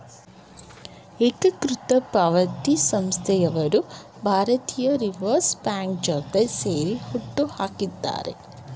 ಏಕೀಕೃತ ಪಾವತಿ ಸಂಸ್ಥೆಯವರು ಭಾರತೀಯ ರಿವರ್ಸ್ ಬ್ಯಾಂಕ್ ಜೊತೆ ಸೇರಿ ಹುಟ್ಟುಹಾಕಿದ್ದಾರೆ